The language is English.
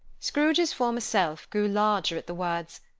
scrooge's former self grew larger at the words,